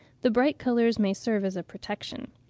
the bright colours may serve as a protection.